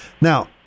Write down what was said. Now